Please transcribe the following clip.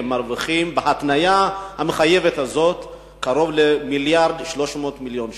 מרוויחות בהתניה המחייבת הזאת קרוב למיליארד ו-300 מיליון שקלים.